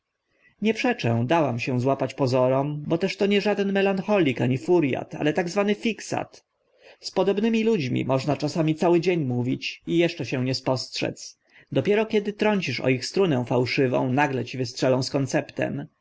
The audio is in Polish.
nie przeczę dałam się złapać pozorom bo też to nie żaden melancholik ani furiat ale tak zwany fiksat z podobnymi ludźmi można czasem cały dzień mówić i eszcze się nie spostrzec dopiero kiedy trącisz o ich strunę fałszywą nagle ci wystrzelą z konceptem